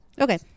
Okay